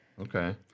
Okay